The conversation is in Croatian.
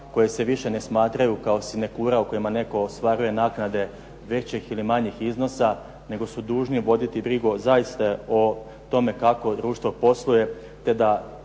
koji se više ne smatraju kao sinekura u kojima netko ostvaruje naknade većih ili manji iznosa, nego su dužni voditi brigu zaista o tome kako društvo posluje,